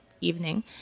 evening